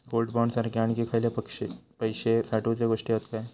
Gold bond सारखे आणखी खयले पैशे साठवूचे गोष्टी हत काय?